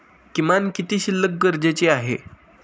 किमान किती शिल्लक गरजेची आहे?